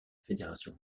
fédération